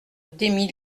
demi